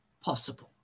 possible